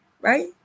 right